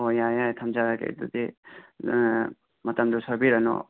ꯍꯣꯏ ꯌꯥꯔꯦ ꯌꯥꯔꯦ ꯊꯝꯖꯔꯒꯦ ꯑꯗꯨꯗꯤ ꯃꯇꯝꯗꯣ ꯁꯣꯏꯕꯤꯔꯅꯣ